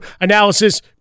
analysis